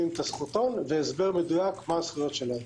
את הזכותון והסבר מדויק מה הזכויות שלהם,